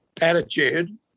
attitude